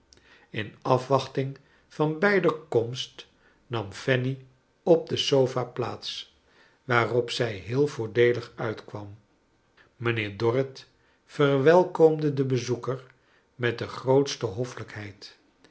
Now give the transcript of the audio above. in afwachting van beider komst nam fanny op de sofa plaats waarop zij heel voordeelig uitkwam mijnheer dorrit verwelkomde den bezoeker met de grootste hoffelijkheid